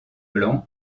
blanc